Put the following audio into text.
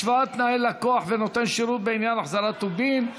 השוואת תנאי לקוח ונותן שירות בעניין החזרת טובין),